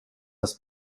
das